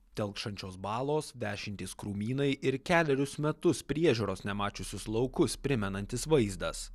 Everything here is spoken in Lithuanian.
telkšančios balos dešimtys krūmynai ir kelerius metus priežiūros nemačiusius laukus primenantis vaizdas